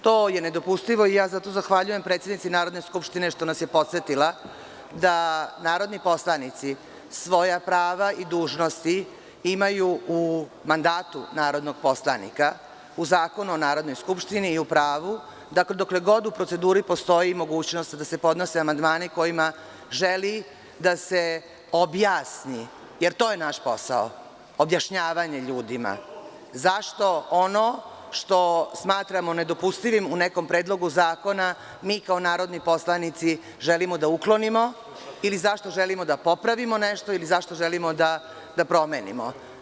To je nedopustivo i ja zato zahvaljujem predsednici Narodne skupštine što nas je podsetila da narodni poslanici svoja prava i dužnosti imaju u mandatu narodnog poslanika, u Zakonu o Narodnoj skupštini i u pravu da dokle god u proceduri postoji mogućnost da se podnose amandmani kojima želi da se objasni, jer to je naš posao – objašnjavanje ljudima zašto ono što smatramo nedopustivim u nekom predlogu zakona mi kao narodni poslanici želimo da uklonimo ili zašto želimo da popravimo nešto ili zašto želimo da promenimo.